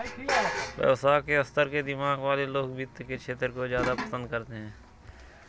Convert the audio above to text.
व्यवसाय के स्तर के दिमाग वाले लोग वित्त के क्षेत्र को ज्यादा पसन्द करते हैं